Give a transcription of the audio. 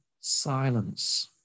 silence